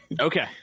Okay